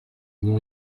nom